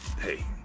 Hey